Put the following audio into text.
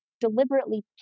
deliberately